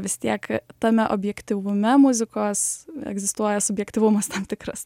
vis tiek tame objektyvume muzikos egzistuoja subjektyvumas tam tikras